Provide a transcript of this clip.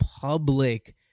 public